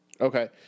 Okay